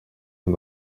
and